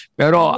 pero